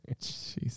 Jesus